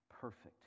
perfect